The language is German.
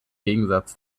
gegensatz